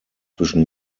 zwischen